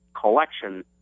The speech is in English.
collection